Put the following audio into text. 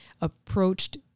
approached